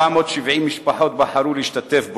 470 משפחות בחרו להשתתף בו,